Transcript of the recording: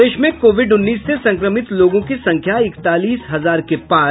प्रदेश में कोविड उन्नीस से संक्रमित लोगों की संख्या इकतालीस हजार के पार